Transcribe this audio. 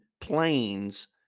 Planes